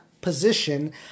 position